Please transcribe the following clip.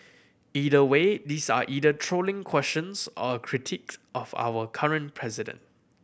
either way these are either trolling questions or a critiques of our current president